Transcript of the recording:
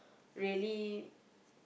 really